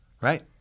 Right